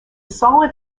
solid